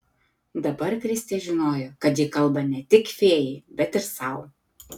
dabar kristė žinojo kad ji kalba ne tik fėjai bet ir sau